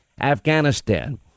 Afghanistan